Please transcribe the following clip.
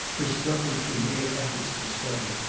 her struggles were mere efforts to struggle,